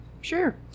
Sure